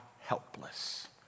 helpless